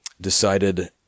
decided